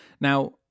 Now